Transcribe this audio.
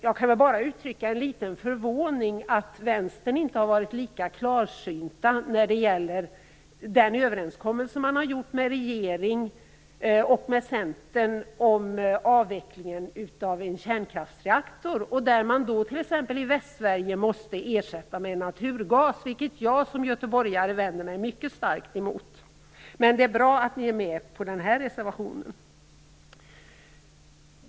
Jag kan bara uttrycka litet förvåning över att Vänstern inte har varit lika klarsynt när det gäller den överenskommelse som man har gjort med regeringen och Centern om avvecklingen av en känkraftsrektor. I t.ex. Västsverige måste den ersättas med naturgas, vilket jag som göteborgare vänder mig mycket starkt emot. Men det är bra att ni är med på den här reservationen.